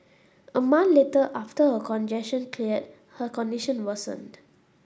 a month later after her congestion cleared her condition worsened